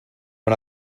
una